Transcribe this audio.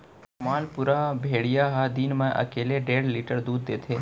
मालपुरा भेड़िया ह दिन म एकले डेढ़ लीटर दूद देथे